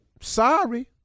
Sorry